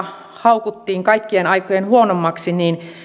haukuttiin kaikkien aikojen huonoimmaksi niin